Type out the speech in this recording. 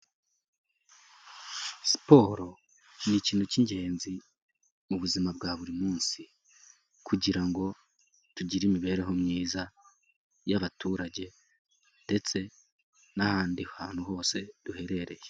Siporo ni ikintu cy'ingenzi mu buzima bwa buri munsi kugira ngo tugire imibereho myiza y'abaturage ndetse n'ahandi hantu hose duherereye.